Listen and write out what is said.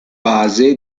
base